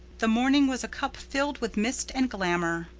the morning was a cup filled with mist and glamor.